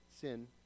Sin